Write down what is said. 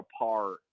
apart